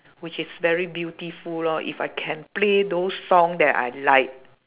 which is very beautiful lor if I can play those song that I like